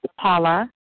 Paula